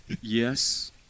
Yes